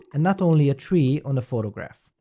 and not only a tree on a photograph.